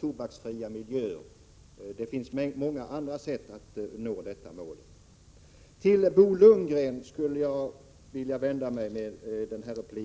tobaksfria miljöer, osv. Jag skulle vilja vända mig till Bo Lundgren med följande replik.